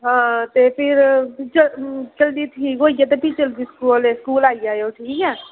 हां फिर जल जल्दी ठीक होइयै ते फ्ही जल्दी स्कूल आई जाएओ ठीक ऐ